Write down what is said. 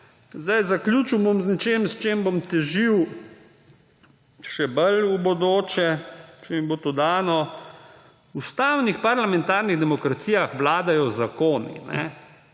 Zaključil bom z nečim, s čim bom težil še bolj v bodoče, če mi bo to dano. V ustavnih parlamentarnih demokracijah vladajo zakoni.